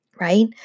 Right